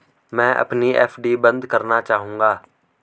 मैं अपनी एफ.डी बंद करना चाहूंगा